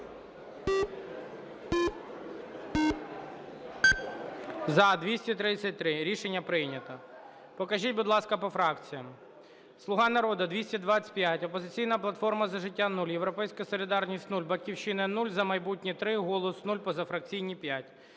За-233 Рішення прийнято. Покажіть, будь ласка, по фракціях. "Слуга народу" – 225, "Опозиційна платформа – За життя" – 0, "Європейська солідарність" – 0, "Батьківщина" – 0, "За майбутнє" – 3, "Голос" – 0, позафракційні –